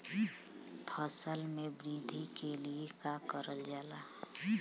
फसल मे वृद्धि के लिए का करल जाला?